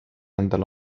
endale